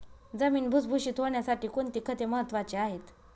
जमीन भुसभुशीत होण्यासाठी कोणती खते महत्वाची आहेत?